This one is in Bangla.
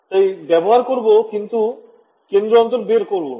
তাই ব্যবহার করবো কিন্তু কেন্দ্র দূরত্ব বের করবো না